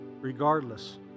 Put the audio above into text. Regardless